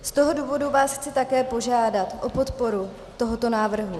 Z toho důvodu vás chci také požádat o podporu tohoto návrhu.